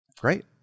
Great